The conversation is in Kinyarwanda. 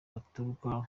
baturuka